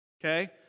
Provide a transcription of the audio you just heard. okay